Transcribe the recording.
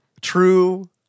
True